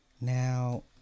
Now